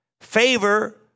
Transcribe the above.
Favor